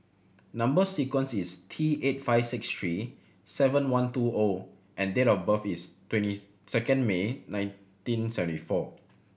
number sequence is T eight five six three seven one two O and date of birth is twenty second May nineteen seventy four